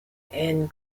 and